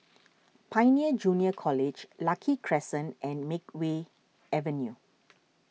Pioneer Junior College Lucky Crescent and Makeway Avenue